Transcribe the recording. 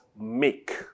make